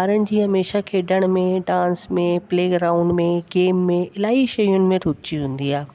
ॿारन जी हमेशह खेॾण में डांस में प्लेग्राउंड में गेम में इलाई शयुनि में रुचि हूंदी आहे